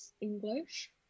English